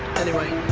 anyway,